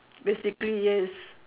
basically yes